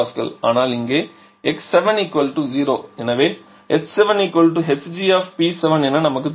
8 MPa ஆனால் இங்கே x7 0 எனவே h7 hg என நமக்கு தெரியும்